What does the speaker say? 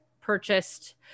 purchased